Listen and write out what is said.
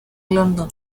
london